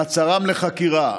מעצרם לחקירה